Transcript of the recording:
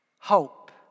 hope